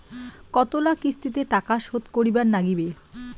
কতোলা কিস্তিতে টাকা শোধ করিবার নাগীবে?